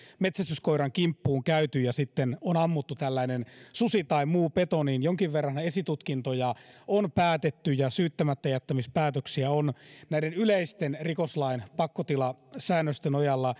metsästyskoiran kimppuun käyty ja sitten on ammuttu tällainen susi tai muu peto esitutkintoja päätetty ja syyttämättäjättämispäätöksiä tehty näiden yleisten rikoslain pakkotilasäännösten nojalla